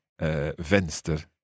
venster